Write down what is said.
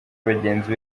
bagenzi